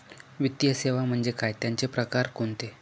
वित्तीय सेवा म्हणजे काय? त्यांचे प्रकार कोणते?